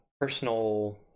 personal